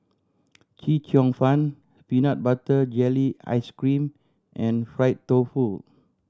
Chee Cheong Fun peanut butter jelly ice cream and fried tofu